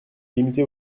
limiter